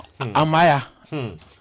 Amaya